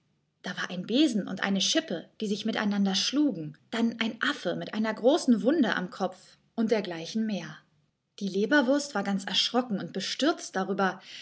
da war ein besen und eine schippe die sich miteinander schlugen dann ein affe mit einer großen wunde am kopf und dergleichen mehr die leberwurst war ganz erschrocken und bestürzt darüber